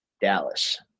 Dallas